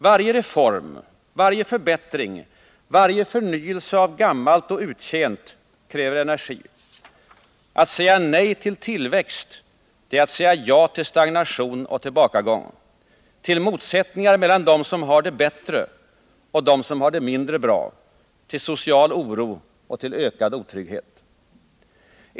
Varje reform, varje förbättring och varje förnyelse av gammalt och uttjänt kräver energi. Att säga nej till tillväxt är att säga ja till stagnation och tillbakagång, till motsättningar mellan dem som har det bättre och dem som har det mindre bra, till social oro och till ökad otrygghet.